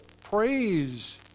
praise